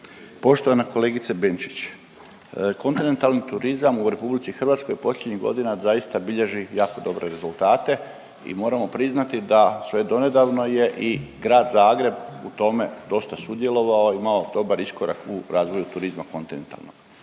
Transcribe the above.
Poštovana kolegice Benčić, kontinentalni turizam u RH posljednjih godina zaista bilježi jako dobre rezultate i moramo priznati da sve donedavno je i grad Zagreb u tome dosta sudjelovao, imao dobar iskorak u razvoju turizma kontinentalnog.